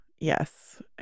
Yes